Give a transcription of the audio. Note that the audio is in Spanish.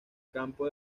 campo